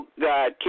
God